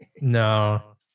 No